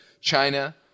China